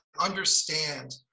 understand